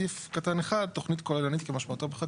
בסעיף קטן (1) "תוכנית כוללנית כמשמעותה בחוק